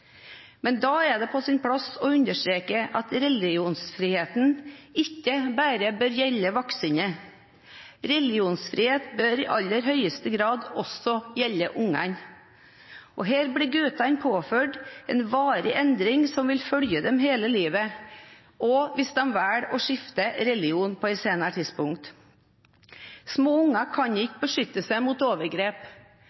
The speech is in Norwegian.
Men da er det på sin plass å understreke at religionsfriheten ikke bare bør gjelde voksne. Religionsfrihet bør i aller høyeste grad også gjelde ungene. Her blir guttene påført en varig endring som vil følge dem hele livet, også hvis de velger å skifte religion på et senere tidspunkt. Små unger kan